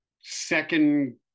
second